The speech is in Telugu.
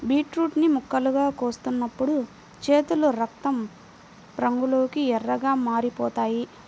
బీట్రూట్ ని ముక్కలుగా కోస్తున్నప్పుడు చేతులు రక్తం రంగులోకి ఎర్రగా మారిపోతాయి